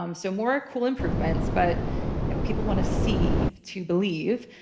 um so more cool improvements. but you know people want to see to believe.